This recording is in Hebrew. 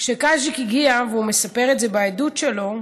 כשקאז'יק הגיע, והוא מספר את זה בעדות שלו,